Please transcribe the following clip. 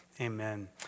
amen